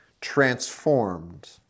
transformed